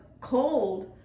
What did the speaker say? cold